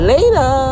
Later